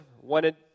wanted